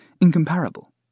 incomparable